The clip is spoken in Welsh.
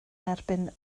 erbyn